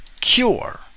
cure